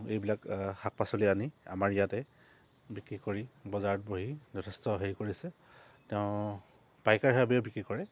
এইবিলাক শাক পাচলি আনি আমাৰ ইয়াতে বিক্ৰী কৰি বজাৰত বহি যথেষ্ট হেৰি কৰিছে তেওঁ পাইকাৰভাৱেও বিক্ৰী কৰে